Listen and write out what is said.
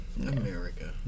America